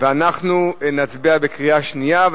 אנחנו נצביע בקריאה שנייה,